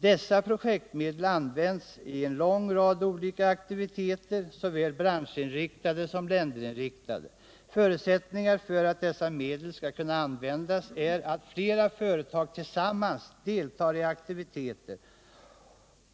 Dessa projektmedel används i en lång rad olika aktiviteter, såväl branschinriktade som länderinriktade. Förutsättningen för att dessa medel skall kunna användas är att flera företag tillsammans deltar i aktiviteter,